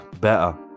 better